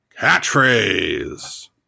Catchphrase